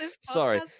Sorry